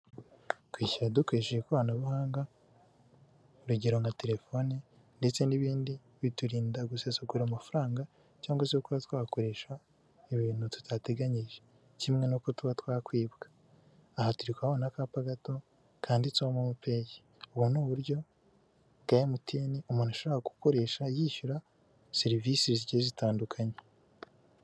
Kwishyura dukoresheje ikoranabuhanga, urugero nka telefoni ndetse n'ibindi biturinda gusesagura amafaranga cyangwa se kuba twayakoresha ibintu tutateganyije, kimwe n'uko tuba twakwibwa, aha turi kuhabona akapa gato kanditseho momo peyi, ubu ni uburyo umuntu ashobora gukoresha yishyura serivisi zigiye zitandukanye.